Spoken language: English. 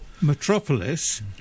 metropolis